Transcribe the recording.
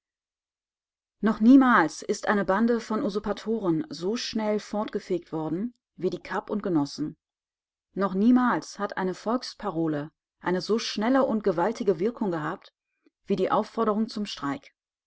noch niemals ist eine bande von usurpatoren so schnell fortgefegt worden wie die kapp und genossen noch niemals hat eine volksparole eine so schnelle und gewaltige wirkung gehabt wie die aufforderung zum streik